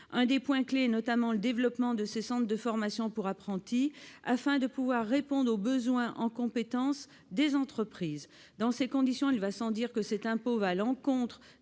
Un de ses points clés est notamment le développement de ces centres de formation pour apprentis, afin de pouvoir répondre aux besoins en compétences des entreprises. Dans ces conditions, il va sans dire que cet impôt va à l'encontre